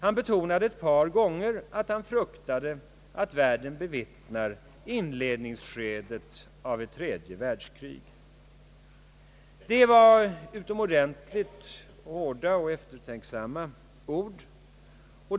Han betonade ett par gånger, att han fruktade att världen bevittnar inledningsskedet av ett tredje världskrig. Det var utomordentligt hårda ord men ord som stämmer till eftertanke.